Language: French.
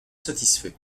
satisfait